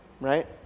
right